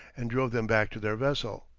and drove them back to their vessel.